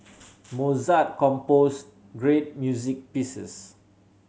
Mozart composed great music pieces